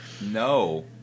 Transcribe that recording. No